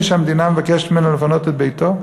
כשהמדינה מבקשת ממנו לפנות את ביתו?